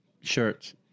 Shirts